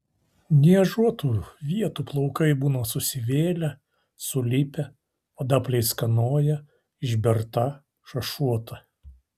niežuotų vietų plaukai būna susivėlę sulipę oda pleiskanoja išberta šašuota